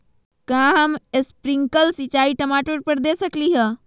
का हम स्प्रिंकल सिंचाई टमाटर पर दे सकली ह?